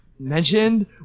mentioned